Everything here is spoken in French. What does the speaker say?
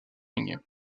ligne